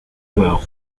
well